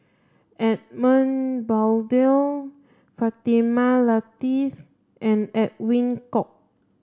Edmund Blundell Fatimah Lateef and Edwin Koek